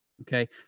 Okay